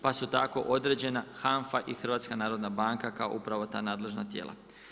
Pa su tako određena i HANFA i HNB kao upravo ta nadležna tijela.